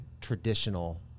traditional